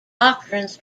doctrines